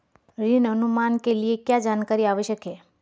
ऋण अनुमान के लिए क्या जानकारी आवश्यक है?